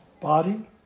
body